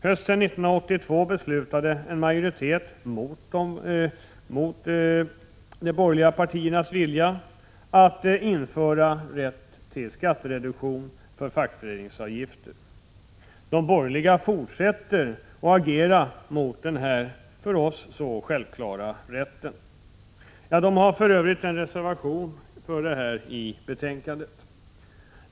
Hösten 1982 beslutade en majoritet, mot de borgerliga partiernas vilja, att införa rätt till skattereduktion för fackföreningsavgifter. De borgerliga fortsätter att agera mot denna för oss så självklara rätt. De har för Övrigt en reservation i denna fråga i betänkandet.